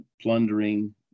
plundering